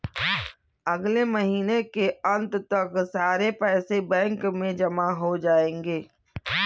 अगले महीने के अंत तक सारे पैसे बैंक में जमा हो जायेंगे